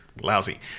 lousy